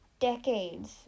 decades